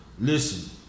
Listen